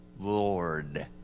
Lord